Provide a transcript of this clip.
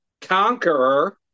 conqueror